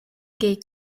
gay